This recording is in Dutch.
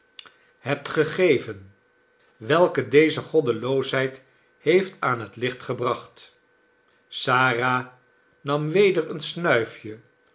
hebt gegeven welke deze goddeloosheid heeft aan het licht gebracht sara nam weder een snuifje